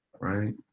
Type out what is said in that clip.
right